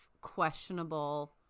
questionable